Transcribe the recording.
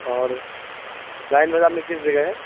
اور لائن بازار میں کس جگہ ہے